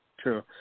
True